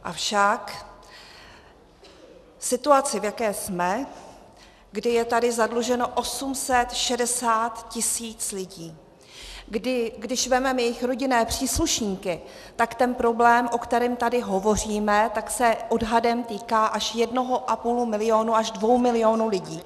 Avšak v situaci, v jaké jsme, kdy je tady zadluženo 860 tisíc lidí, kdy když vezmeme jejich rodinné příslušníky, tak ten problém, o kterém tady hovoříme, se odhadem týká až jednoho a půl milionu až dvou milionů lidí.